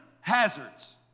hazards